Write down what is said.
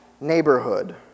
neighborhood